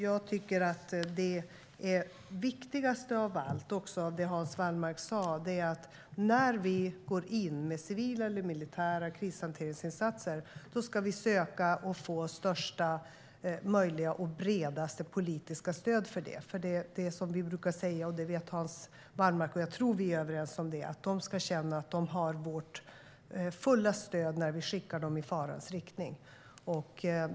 Jag tycker att det viktigaste av allt, även av det Hans Wallmark sa, är att vi när vi går in med civila eller militära krishanteringsinsatser ska söka och få största och bredaste möjliga politiska stöd för det. Som vi brukar säga - det vet Hans Wallmark, och jag tror att vi är överens om det: De ska känna att de har vårt fulla stöd när vi skickar dem i farans riktning.